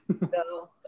No